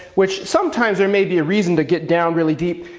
which sometimes, there may be a reason to get down really deep,